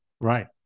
Right